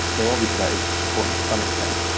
well, obviously that is important to some extent.